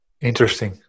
interesting